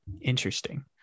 Interesting